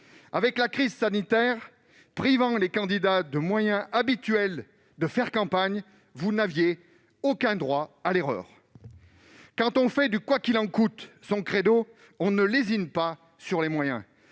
que la crise sanitaire a privé les candidats des moyens habituels de mener campagne, vous n'aviez aucun droit à l'erreur ! Dès lors que l'on fait du « quoi qu'il en coûte » son credo, on ne lésine pas sur les moyens.